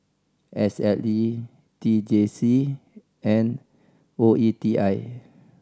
S L A T J C and O E T I